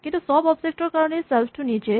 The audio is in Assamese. কিন্তু চব অবজেক্ট ৰ কাৰণেই ছেল্ফ টো নিজে